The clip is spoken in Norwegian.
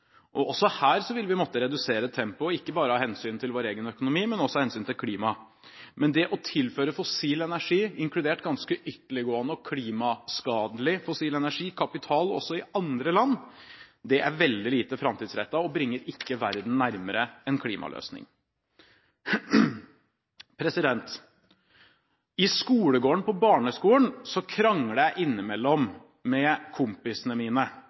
og også her vil vi måtte redusere tempoet, ikke bare av hensyn til vår egen økonomi, men også av hensyn til klimaet – men det å tilføre fossil energi, inkludert ganske ytterliggående og klimaskadelig fossil energi, kapital også i andre land er veldig lite framtidsrettet og bringer ikke verden nærmere en klimaløsning. I skolegården på barneskolen kranglet jeg innimellom med kompisene mine